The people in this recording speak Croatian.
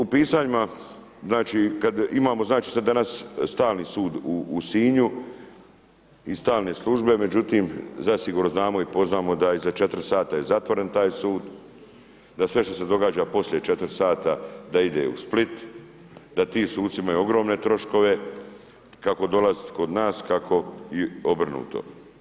U pisanjima kad imamo znači sad danas stalni sud u Sinju, i stalne službe, međutim zasigurno znamo i poznamo da iza 4 sata je zatvoren taj sud, da sve što se događa poslije 4 sata da ide u Split, da ti suci imaju ogromne troškove, kako dolaziti kod nas, kako i obrnuto.